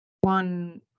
one